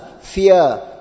fear